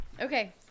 Okay